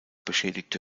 beschädigte